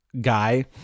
guy